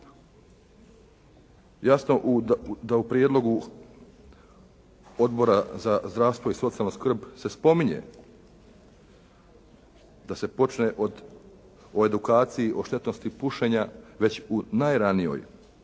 Jasno da u prijedlogu Odbora za zdravstvo i socijalnu skrb se spominje da se počne o edukaciji o štetnosti pušenja već u najranijoj,